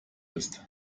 ist